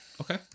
Okay